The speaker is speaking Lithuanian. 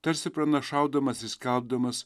tarsi pranašaudamas ir skelbdamas